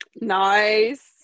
nice